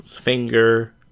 finger